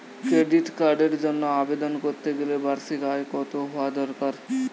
Credit কার্ডের জন্য আবেদন করতে গেলে বার্ষিক আয় কত হওয়া দরকার?